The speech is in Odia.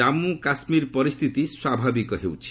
ଜାମ୍ମୁ କାଶ୍ମୀରର ପରିସ୍ଥିତି ସ୍ୱାଭାବିକ ହେଉଛି